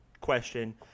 question